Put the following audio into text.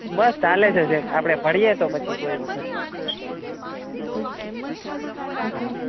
બસ ચાલે છે શેઠ આપણે મળીએ તો પછી કોઈ વખત હા હા